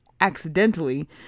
Accidentally